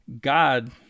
God